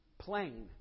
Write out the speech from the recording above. Plain